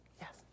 Yes